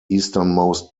easternmost